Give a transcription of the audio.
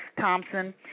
Thompson